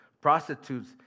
prostitutes